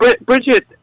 Bridget